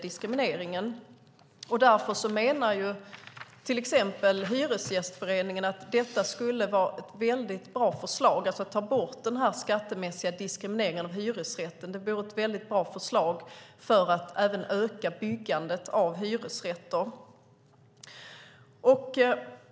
Därför menar till exempel Hyresgästföreningen att det skulle vara ett mycket bra förslag att ta bort den skattemässiga diskrimineringen av hyresrätten. Det vore ett väldigt bra förslag även för att öka byggandet av hyresrätter.